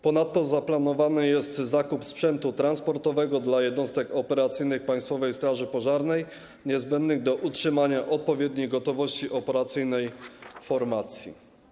Ponadto zaplanowany jest zakup sprzętu transportowego dla jednostek operacyjnych Państwowej Straży Pożarnej, niezbędnych do utrzymania odpowiedniej gotowości operacyjnej formacji.